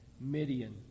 Midian